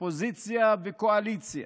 אופוזיציה וקואליציה,